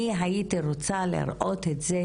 אני הייתי רוצה לראות את זה